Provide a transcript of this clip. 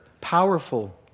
powerful